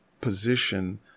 position